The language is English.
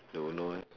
don't know eh